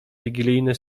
wigilijny